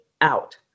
out